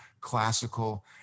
classical